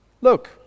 look